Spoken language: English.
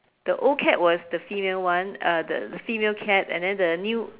the old cat was the female one uh the the female cat and then the new